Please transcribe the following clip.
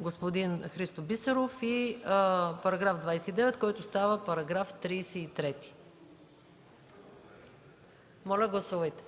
господин Христо Бисеров и § 29, който става § 33. Моля, гласувайте.